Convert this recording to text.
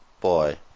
Boy